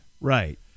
Right